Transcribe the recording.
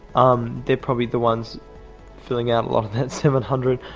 um they're probably the ones filling out a lot of the seven hundred.